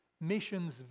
mission's